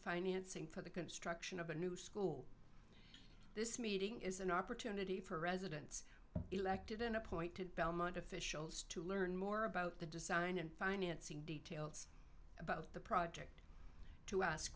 financing for the construction of a new school this meeting is an opportunity for residents elected and appointed belmont officials to learn more about the design and financing details about the project to ask